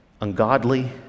ungodly